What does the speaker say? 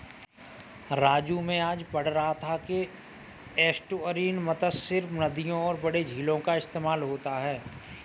राजू मैं आज पढ़ रहा था कि में एस्टुअरीन मत्स्य सिर्फ नदियों और बड़े झीलों का इस्तेमाल होता है